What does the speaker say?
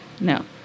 No